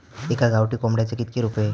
एका गावठी कोंबड्याचे कितके रुपये?